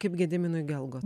kaip gediminui gelgo